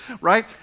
right